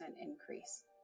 increase